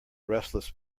restless